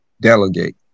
delegate